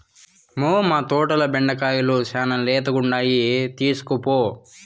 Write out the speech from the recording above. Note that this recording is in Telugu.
మ్మౌ, మా తోటల బెండకాయలు శానా లేతగుండాయి తీస్కోపో